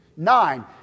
Nine